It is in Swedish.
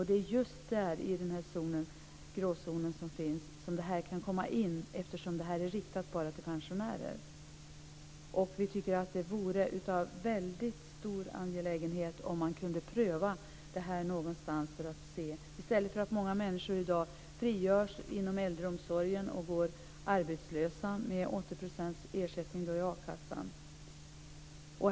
Det är just i den gråzonen som det här förslaget kan komma in, eftersom det är riktat enbart till pensionärer. Vi tycker att det vore väldigt angeläget om man kunde pröva det någonstans i stället för att många människor i dag friställs inom äldreomsorgen och går arbetslösa med 80 % i ersättning från akassan.